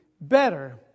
better